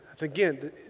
Again